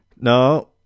No